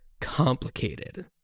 complicated